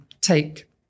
take